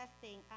testing